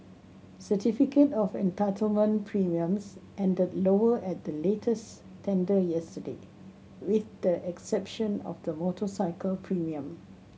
certificate of entitlement premiums ended lower at the latest tender yesterday with the exception of the motorcycle premium